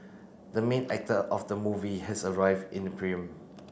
the main actor of the movie has arrived in the